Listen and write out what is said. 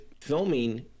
filming